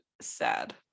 sad